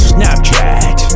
Snapchat